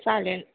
चालेल